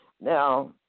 Now